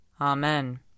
Amen